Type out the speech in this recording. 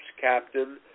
captain